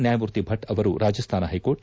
ನ್ಯಾಯಮೂರ್ತಿ ಭು್ ಅವರು ರಾಜಸ್ಥಾನ ಪೈಕೋರ್ಟ್